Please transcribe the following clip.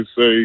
say